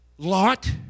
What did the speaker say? Lot